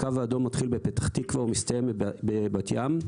הוא מתחיל בפתח תקווה ומסתיים בבת ים,